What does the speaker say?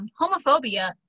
homophobia